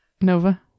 Nova